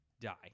die